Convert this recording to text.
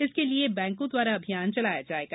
इसके लिए बैंकों द्वारा अभियान चलाया जाएगा